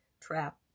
trap